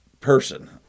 person